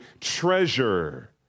treasure